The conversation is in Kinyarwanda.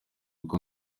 uko